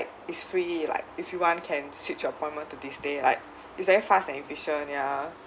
it's free like if you want can switch appointment to this day like it's very fast and efficient yah